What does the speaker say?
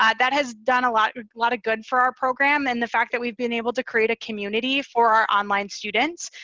ah that has done a lot lot of good for our program. and the fact that we've been able to create a community for our online students.